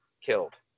killed